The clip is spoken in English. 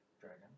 dragon